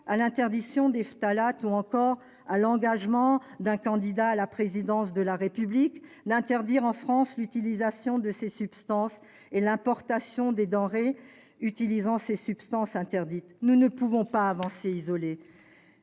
à l'interdiction des phtalates ou encore à l'engagement d'un candidat à la présidence de la République d'interdire en France l'utilisation de ces substances et l'importation des denrées utilisant ces substances interdites. Nous ne pouvons avancer isolés